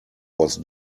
was